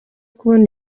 kubona